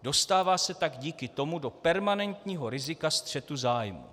Dostává se tak díky tomu do permanentního rizika střetu zájmů.